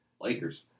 Lakers